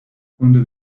conde